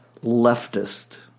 leftist